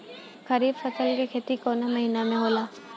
खरीफ फसल के खेती कवना महीना में होला?